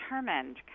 determined